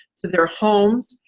to their homes,